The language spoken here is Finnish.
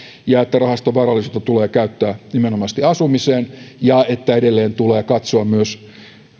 ja että rahaston varallisuutta tulee käyttää nimenomaisesti asumiseen ja että edelleen tulee katsoa myös